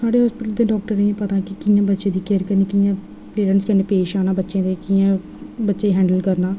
साढ़े हास्पिटल दे डाक्टरें गी पता कि कि'यां बच्चें दी केयर करनी कि'यां पेरैंटस कन्नै पेश आना बच्चें दे कि'यां बच्चे गी हैंडल करना